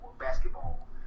Basketball